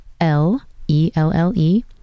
L-E-L-L-E